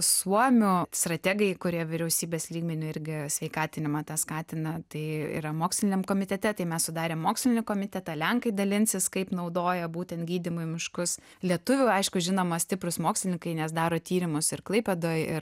suomių strategai kurie vyriausybės lygmeniu irgi sveikatinimą tą skatina tai yra moksliniam komitete tai mes sudarėm mokslinį komitetą lenkai dalinsis kaip naudoja būtent gydymui miškus lietuvių aišku žinoma stiprūs mokslininkai nes daro tyrimus ir klaipėdoj ir